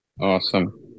Awesome